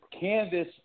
canvas